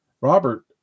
Robert